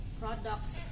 products